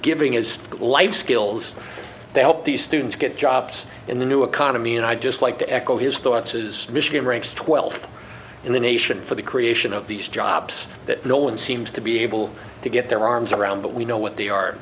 giving his life skills to help these students get jobs in the new economy and i just like to echo his thoughts is michigan ranks twelfth in the nation for the creation of these jobs that no one seems to be able to get their arms around but we know what they are